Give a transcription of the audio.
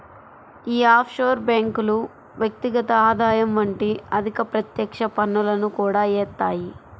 యీ ఆఫ్షోర్ బ్యేంకులు వ్యక్తిగత ఆదాయం వంటి అధిక ప్రత్యక్ష పన్నులను కూడా యేత్తాయి